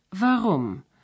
Warum